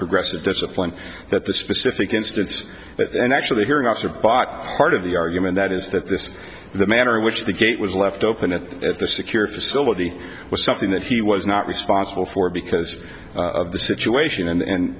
progressive discipline that the specific instance but then actually hearing officer bought part of the argument that is that this the manner in which the gate was left open it at the secure facility was something that he was not responsible for because of the situation and